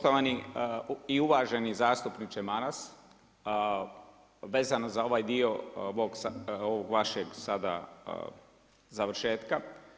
Poštovani i uvaženi zastupniče Maras, vezano za ovaj dio ovog vašeg sada završetka.